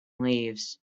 leaves